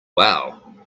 look